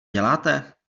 děláte